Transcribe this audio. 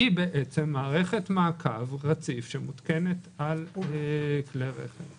היא בעצם מערכת מעקב רציף שמותקנת על כלי רכב.